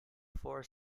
four